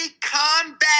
combat